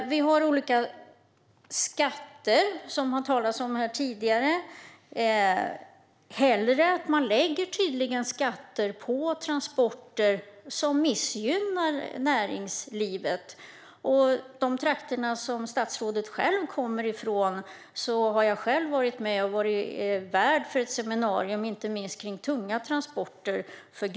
Sedan är det de skatter som har nämnts tidigare. Regeringen lägger ju skatter på transporter, som missgynnar näringslivet. Jag var själv värd för ett seminarium om bland annat tunga transporter för gruvnäringen i de trakter som statsrådet kommer från.